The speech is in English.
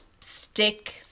stick